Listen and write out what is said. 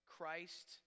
Christ